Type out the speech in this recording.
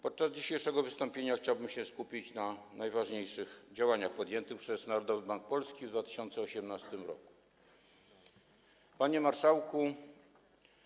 Podczas dzisiejszego wystąpienia chciałbym się skupić na najważniejszych działaniach podjętych przez Narodowy Bank Polski w 2018 r. Panie Marszałku!